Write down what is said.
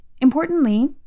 Importantly